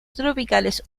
tropicales